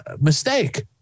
mistake